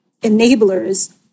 enablers